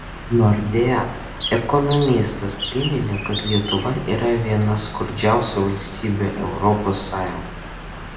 nordea ekonomistas priminė kad lietuva yra viena skurdžiausių valstybių europos sąjungoje